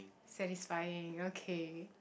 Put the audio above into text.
satisfying okay